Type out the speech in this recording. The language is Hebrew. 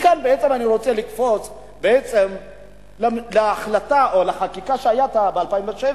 מכאן אני רוצה לקפוץ להחלטה או לחקיקה שהיתה בעצם ב-2007,